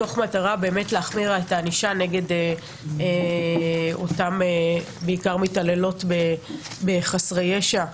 מתוך מטרה להחמיר את הענישה נגד אותן מתעללות בחסרי ישע.